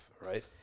right